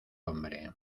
hombre